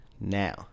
Now